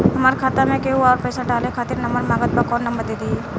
हमार खाता मे केहु आउर पैसा डाले खातिर नंबर मांगत् बा कौन नंबर दे दिही?